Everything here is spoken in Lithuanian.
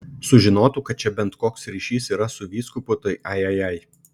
sužinotų kad čia bent koks ryšys yra su vyskupu tai ajajai